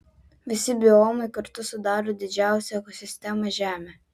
visi biomai kartu sudaro didžiausią ekosistemą žemę